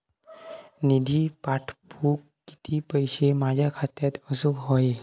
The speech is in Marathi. निधी पाठवुक किती पैशे माझ्या खात्यात असुक व्हाये?